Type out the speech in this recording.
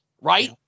right